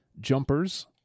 Jumpers